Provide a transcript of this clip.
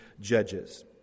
judges